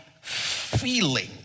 feeling